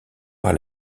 par